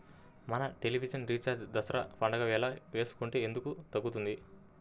మన television recharge Dasara పండగ వేళ వేసుకుంటే ఎందుకు తగ్గుతుంది?